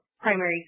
primary